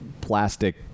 plastic